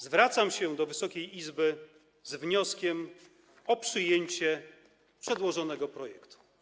Zwracam się do Wysokiej Izby z wnioskiem o przyjęcie przedłożonego projektu.